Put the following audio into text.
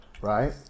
Right